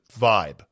vibe